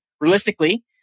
realistically